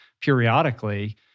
periodically